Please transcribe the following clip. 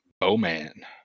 Bowman